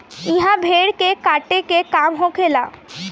इहा भेड़ के काटे के काम होखेला